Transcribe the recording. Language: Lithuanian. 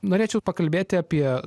norėčiau pakalbėti apie